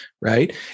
Right